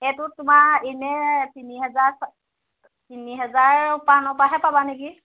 এইটোত তোমাৰ এনেই তিনি হেজাৰ তিনি হেজাৰ পৰা পাবা নেকি